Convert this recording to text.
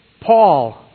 Paul